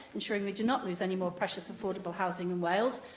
ensuring we do not lose any more precious affordable housing in wales.